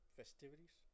festivities